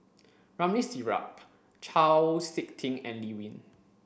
Ramli Sarip Chau Sik Ting and Lee Wen